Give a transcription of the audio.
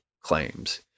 claims